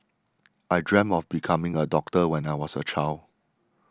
I dreamt of becoming a doctor when I was a child